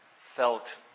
felt